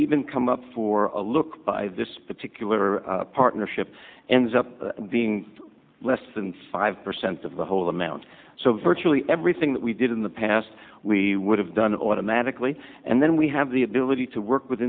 even come up for a look by this particular partnership and being less than five percent of the whole amount so virtually everything that we did in the past we would have done automatically and then we have the ability to work with